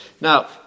Now